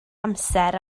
amser